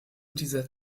dieser